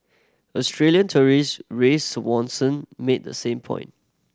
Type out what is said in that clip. Australian tourist Ray Swanson made the same point